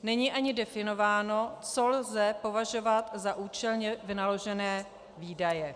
Není ani definováno, co lze považovat za účelně vynaložené výdaje.